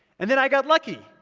and then i got lucky.